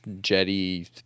jetty